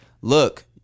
Look